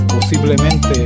posiblemente